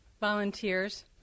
volunteers